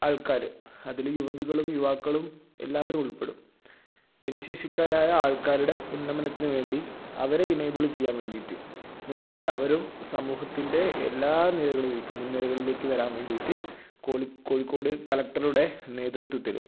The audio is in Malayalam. ആൾക്കാര് അതില് യുവതികളും യുവാക്കളും എല്ലാവരും ഉൾപ്പെടും ഭിന്നശേഷിക്കാരായ ആൾക്കാരുടെ ഉന്നമനത്തിന് വേണ്ടി അവരെ എനേബിൾ ചെയ്യാൻ വേണ്ടീട്ട് എന്ന് വെച്ചാല് അവരും സമൂഹത്തിൻ്റെ എല്ലാ നിലകളിലേക്കും മുൻനിരകളിലേയ്ക്ക് വരാൻ വേണ്ടിയിട്ട് കോലി കോഴിക്കോട് കളക്റ്ററുടെ നേതൃത്വത്തില്